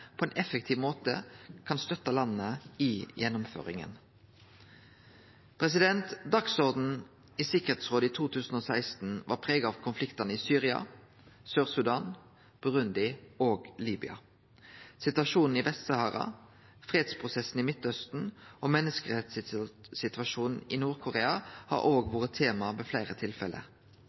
på ein effektiv måte kan støtte landa i gjennomføringa. Dagsordenen i Tryggingsrådet i 2016 var prega av konfliktane i Syria, Sør-Sudan, Burundi og Libya. Situasjonen i Vest-Sahara, fredsprosessen i Midtausten og menneskerettssituasjonen i Nord-Korea har òg vore tema ved fleire tilfelle.